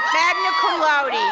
magna cum laude,